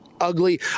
ugly